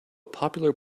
popular